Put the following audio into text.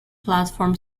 platform